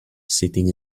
sitting